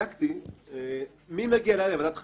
בדקתי מי מגיע לוועדת חריגים,